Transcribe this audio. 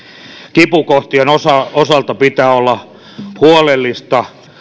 kipukohtien osalta pitää olla huolellista